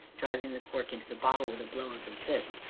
driving the cork into the bottle with a blow of his fist,